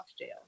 jail